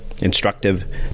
instructive